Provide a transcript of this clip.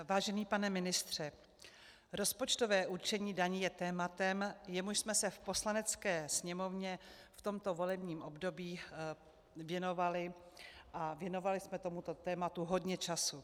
Vážený pane ministře, rozpočtové určení daní je tématem, jemuž jsme se v Poslanecké sněmovně v tomto volebním období věnovali, a věnovali jsme tomuto tématu hodně času.